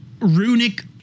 runic